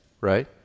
right